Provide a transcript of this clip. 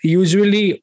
usually